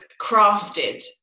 crafted